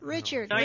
Richard